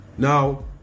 Now